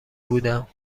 بودم